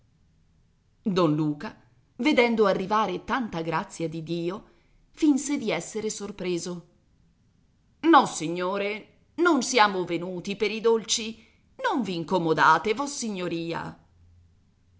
don luca vedendo arrivare tanta grazia di dio finse di esser sorpreso nossignore non siamo venuti per i dolci non v'incomodate vossignoria